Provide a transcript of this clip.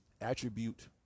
attribute